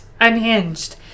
Unhinged